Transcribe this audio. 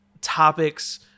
topics